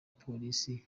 polisi